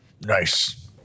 Nice